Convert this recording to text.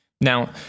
Now